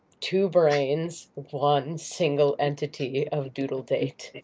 two brains, one single entity of doodle date.